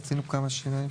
עשינו כמה שינויים.